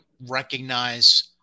recognize